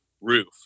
roof